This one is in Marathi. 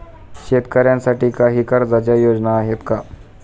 शेतकऱ्यांसाठी काही कर्जाच्या योजना आहेत का?